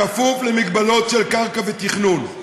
כפוף למגבלות של קרקע ותכנון.